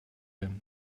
him